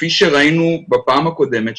כפי שראינו בפעם הקודמת,